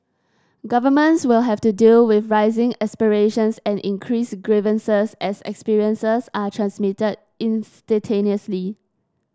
governments will have to deal with rising aspirations and increased grievances as experiences are transmitted instantaneously